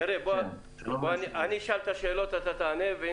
שלום ליושב-ראש.